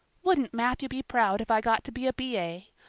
wouldn't matthew be proud if i got to be a b a?